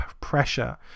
pressure